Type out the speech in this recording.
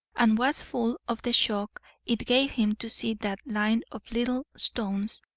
and was full of the shock it gave him to see that line of little stones,